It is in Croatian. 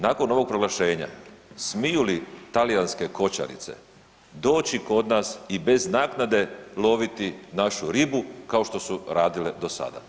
Nakon ovog proglašenja smiju li talijanske koćarice doći kod nas i bez naknade loviti našu ribu kao što su radile do sada?